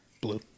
Blue